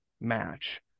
match